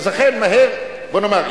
בוא נאמר,